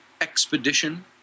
expedition